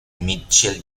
michael